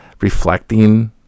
reflecting